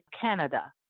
Canada